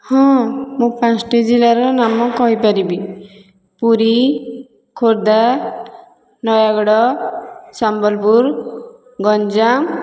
ହଁ ମୁଁ ପାଞ୍ଚଟି ଜିଲ୍ଲାର ନାମ କହିପାରିବି ପୁରୀ ଖୋର୍ଦ୍ଧା ନୟାଗଡ଼ ସମ୍ବଲପୁର ଗଞ୍ଜାମ